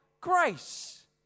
grace